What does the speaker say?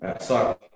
sorry